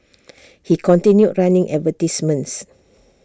he continued running advertisements